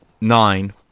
nine